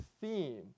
theme